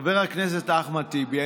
חבר הכנסת אחמד טיבי,